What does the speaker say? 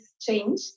change